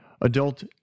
adult